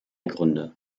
gründe